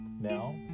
Now